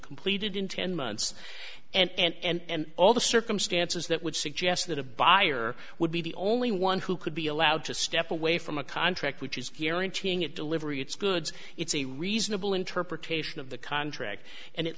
completed in ten months and all the circumstances that would suggest that a buyer would be the only one who could be allowed to step away from a contract which is guaranteeing it delivering its goods it's a reasonable interpretation of the contract and it